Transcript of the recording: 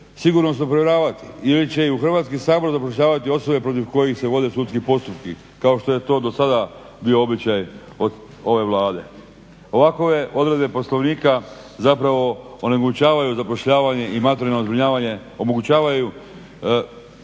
sigurnosno provjeravati ili će i u Hrvatski sabor zapošljavati osobe protiv kojih se vode sudski postupci kao što je to do sada bio običaj od ove Vlade. Ovakve odredbe Poslovnika zapravo omogućavaju zapošljavanje i materijalno zbrinjavanje